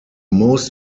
most